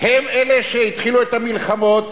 הם אלה שהתחילו את המלחמות,